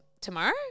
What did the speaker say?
tomorrow